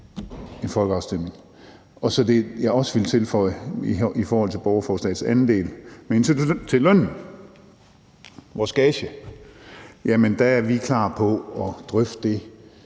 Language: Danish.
en folkeafstemning. Så vil jeg også tilføje i forhold til borgerforslagets anden del, altså med hensyn til lønnen, vores gage, at vi er klar til at drøfte det